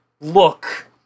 look